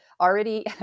already